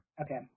Okay